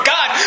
God